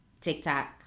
TikTok